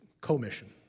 commission